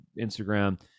Instagram